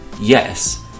Yes